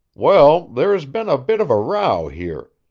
well, there has been a bit of a row here,